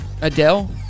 Adele